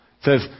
says